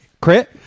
Crit